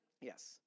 Yes